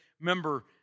member